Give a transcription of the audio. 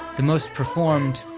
the most performed,